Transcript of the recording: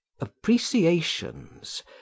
Appreciations